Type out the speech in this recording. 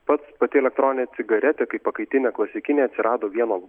pats pati elektroninė cigaretė kaip pakaitinė klasikinė atsirado vieno